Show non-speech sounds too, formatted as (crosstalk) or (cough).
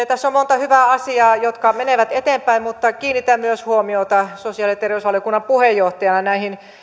(unintelligible) tässä on monta hyvää asiaa jotka menevät eteenpäin mutta kiinnitän myös huomiota sosiaali ja terveysvaliokunnan puheenjohtajana näihin